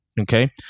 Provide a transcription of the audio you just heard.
okay